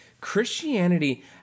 Christianity